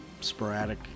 sporadic